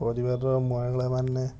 ପରିବାରର ମହିଳା ମାନେ